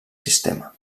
sistema